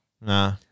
Nah